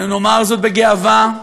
אנו נאמר זאת בגאווה.